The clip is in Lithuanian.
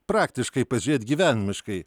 praktiškai pažiūrėt gyvenimiškai